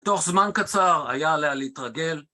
תוך זמן קצר היה עליה להתרגל